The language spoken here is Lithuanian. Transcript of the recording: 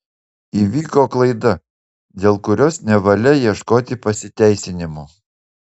įvyko klaida dėl kurios nevalia ieškoti pasiteisinimų